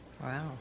Wow